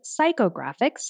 psychographics